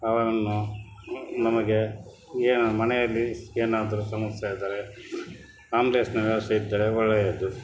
ಅವರನ್ನು ನಮಗೆ ಏನು ಮನೆಯಲ್ಲಿ ಏನಾದರೂ ಸಮಸ್ಯೆ ಆದರೆ ಆ್ಯಂಬುಲೆನ್ಸಿನ ವ್ಯವಸ್ಥೆ ಇದ್ದರೆ ಒಳ್ಳೆಯದು